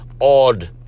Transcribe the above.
odd